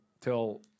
till